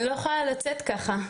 אני לא יכולה לצאת ככה.